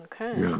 Okay